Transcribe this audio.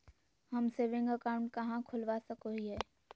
हम saving account कहाँ खोलवा सको हियै?